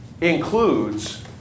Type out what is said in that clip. includes